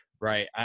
right